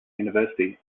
university